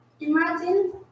Imagine